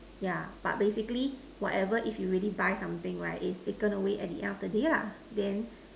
yeah but basically whatever if you really buy something right its taken away at the end of the day lah then